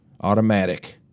Automatic